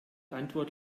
antwort